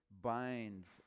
binds